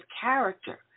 character